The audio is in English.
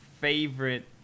favorite